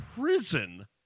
prison